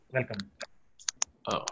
Welcome